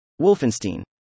Wolfenstein